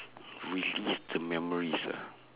which leads to memories ah